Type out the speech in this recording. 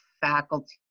faculty